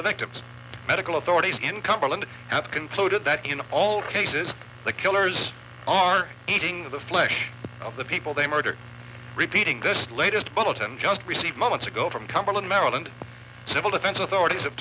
the victims medical authorities in cumberland have concluded that in all cases the killers are eating the flesh of the people they murdered repeating this latest bulletin just received moments ago from cumberland maryland civil defense authorities